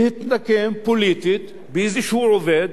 להתנקם פוליטית באיזה עובד,